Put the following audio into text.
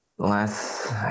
Last